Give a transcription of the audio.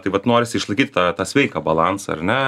tai vat norisi išlaikyt tą tą sveiką balansą ar ne